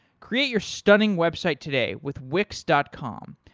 create your stunning website today with wix dot com.